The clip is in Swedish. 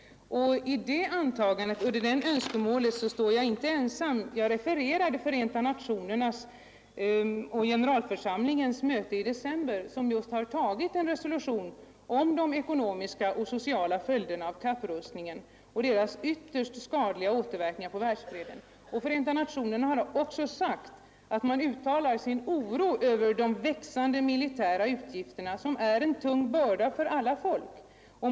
Det önskemålet är jag inte ensam om. Jag refererade Förenta nationernas och generalförsamlingens möte i december, där man antog en resolution där man påtalade de ekonomiska och sociala följderna av kapprustningen och dess ytterst skadliga återverkningar för världsfreden. Förenta nationerna har också uttalat sin oro över de växande militära utgifterna, som är en tung börda för alla folk.